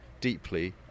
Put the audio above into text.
deeply